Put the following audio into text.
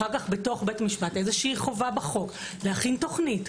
אחר כך בבית משפט חובה בחוק להכין תוכנית.